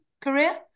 career